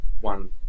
one